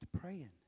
praying